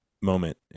moment